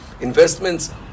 investments